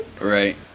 Right